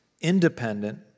independent